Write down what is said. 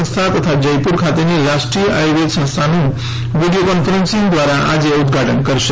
સંસ્થા તથા જયપુર ખાતેની રાષ્ટ્રીય આર્યુર્વેદ સંસ્થાનું વિડીયો કોન્ફરન્સીંગ દ્રારા આજે ઉધ્ધાટન કરશે